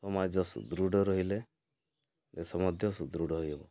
ସମାଜ ସୁଦୃଢ଼ ରହିଲେ ଦେଶ ମଧ୍ୟ ସୁଦୃଢ଼ ହୋଇଯିବ